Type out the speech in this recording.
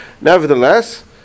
nevertheless